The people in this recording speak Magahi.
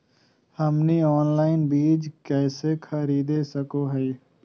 हमनी ऑनलाइन बीज कइसे खरीद सको हीयइ?